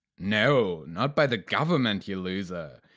no! not by the government, you loser!